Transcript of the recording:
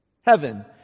Heaven